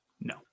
No